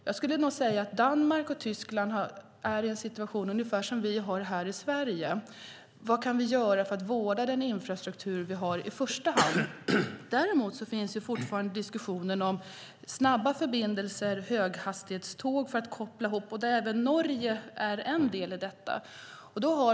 Jag skulle nog säga att Danmark och Tyskland är i ungefär samma situation som vi här i Sverige: Vad kan vi göra för att i första hand vårda den infrastruktur vi har? Däremot finns fortfarande diskussionen om snabba förbindelser och höghastighetståg för att koppla ihop, där även Norge är en del.